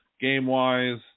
game-wise